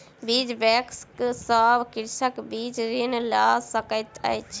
बीज बैंक सॅ कृषक बीज ऋण लय सकैत अछि